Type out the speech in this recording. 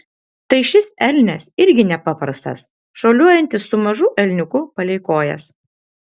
tai šis elnias irgi nepaprastas šuoliuojantis su mažu elniuku palei kojas